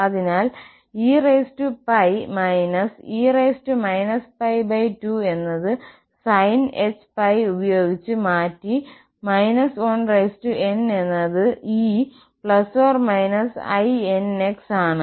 അതിനാൽ eπ -e π2 എന്നത് sinhπ ഉപയോഗിച്ച് മാറ്റി −1n എന്നത് e±inπ ആണ്